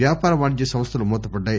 వ్యాపార వాణిజ్య సంస్థలు మూతపడ్డాయి